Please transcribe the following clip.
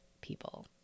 people